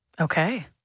Okay